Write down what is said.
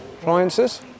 Appliances